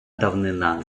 давнина